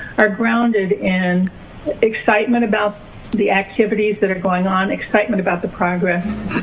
are grounded in excitement about the activities that are going on, excitement about the progress,